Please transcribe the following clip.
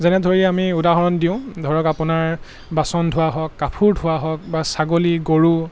যেনে ধৰি আমি উদাহৰণ দিওঁ ধৰক আপোনাৰ বাচনধোৱা হওক কাপোৰধোৱা হওক বা ছাগলী গৰু